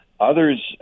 Others